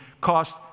cost